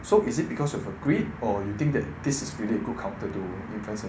so is it because of your greed or you think that this is really a good counter to invest in